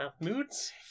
Moods